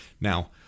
Now